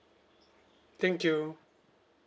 thank you